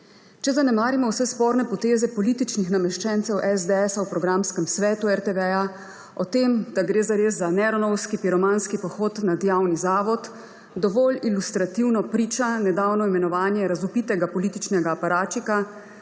Če zanemarimo vse sporne poteze političnih nameščencev SDS v programskem svetu RTV, o tem, da gre zares za neronovski, piromanski pohod nad javni zavod, dovolj ilustrativno priča nedavno imenovanje razvpitega političnega aparatčika,